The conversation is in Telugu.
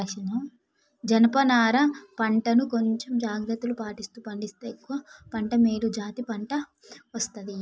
జనప నారా పంట ను కొంచెం జాగ్రత్తలు పాటిస్తూ పండిస్తే ఎక్కువ పంట మేలు జాతి పంట వస్తది